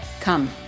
come